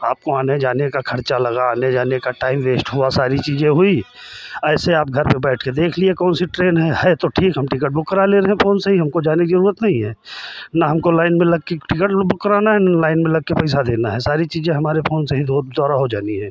आपको आने जाने का खर्चा लगा आने जाने का टाइम वेश्ट हुआ सारी चीज़ें हुई ऐसे आप घर पे बैठ के देख लिए कौन सी ट्रेन है है तो ठीक हम टिकट बुक करा ले रहे हैं फोन से ही हमको जाने की जरूरत नहीं है ना हमको लाइन में लग के टिकट बुक कराना है ना लाइन में लगके पैसा देना है सारी चीज़ें हमारे फोन से ही द्वारा हो जानी है